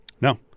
no